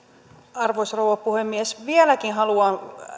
arvoisa rouva puhemies vieläkin haluan